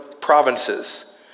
provinces